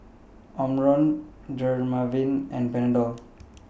Omron Dermaveen and Panadol